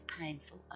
painful